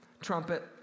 trumpet